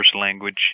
language